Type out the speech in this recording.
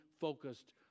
focused